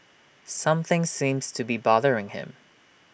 something seems to be bothering him